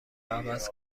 عوض